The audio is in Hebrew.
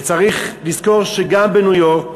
וצריך לזכור שגם בניו-יורק,